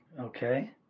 Okay